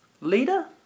Leader